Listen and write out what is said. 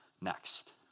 next